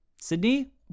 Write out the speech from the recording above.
Sydney